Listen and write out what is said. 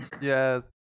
Yes